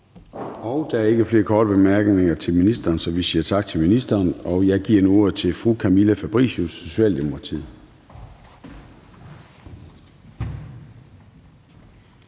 Der er ikke flere korte bemærkninger til ministeren, så vi siger tak til ministeren. Jeg giver nu ordet til fru Camilla Fabricius, Socialdemokratiet.